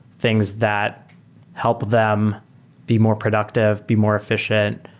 things that help them be more productive, be more effi cient,